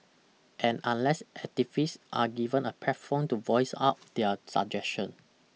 and unless activists are given a platform to voice out their suggestion